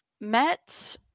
met